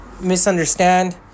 misunderstand